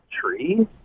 tree